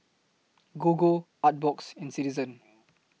Gogo Artbox and Citizen